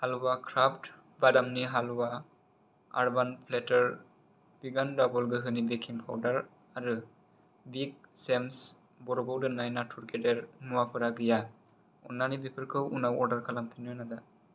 halwa craft बादामनि हालवा आर्बान प्लेटार विगान दाबल गोहोनि बेकिं पाउदार आरो बिग सेम्स बरफाव दोन्नाय नाथुर गेदेर मुवाफोरा गैया अन्नानै बेफोरखौ उनाव अर्डार खालामफिन्नो नाजा